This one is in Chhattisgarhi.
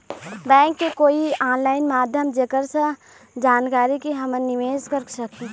बैंक के कोई ऑनलाइन माध्यम जेकर से जानकारी के के हमन निवेस कर सकही?